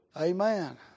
Amen